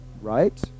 Right